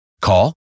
Call